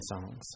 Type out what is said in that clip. songs